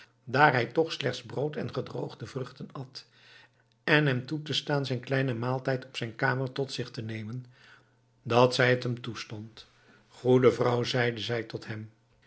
hij toch slechts brood en gedroogde vruchten at en hem toe te staan zijn kleinen maaltijd op zijn kamer tot zich te nemen dat zij het hem toestond goede vrouw zeide zij tot hem